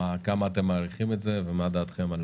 כמה אתם מעריכים את זה ומה דעתכם על